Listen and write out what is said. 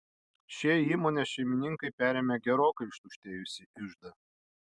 šie įmonės šeimininkai perėmė gerokai ištuštėjusį iždą